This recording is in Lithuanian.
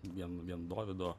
vien vien dovydo